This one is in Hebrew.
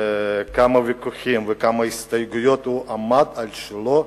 וכמה ויכוחים וכמה הסתייגויות, הוא עמד על שלו,